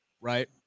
right